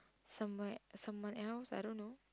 some way someone else I don't know